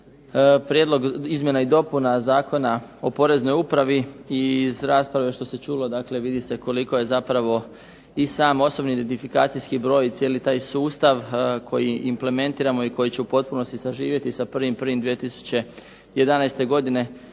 Prijedlog izmjena i dopuna Zakona o POreznoj upravi i iz rasprave što se čulo vidi se koliko je zapravo i sam OIB i cijeli taj sustav koji implementiramo i koji će u potpunosti saživjeti sa 1.1.2011. godine